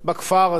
נווה-שלום.